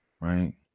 right